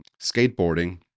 skateboarding